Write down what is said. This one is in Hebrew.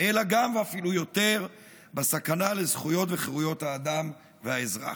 אלא גם ואפילו יותר בסכנה לזכויות וחירויות האדם והאזרח.